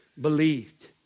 believed